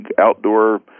outdoor